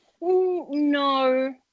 No